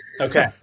Okay